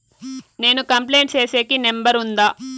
నేను కంప్లైంట్ సేసేకి నెంబర్ ఉందా?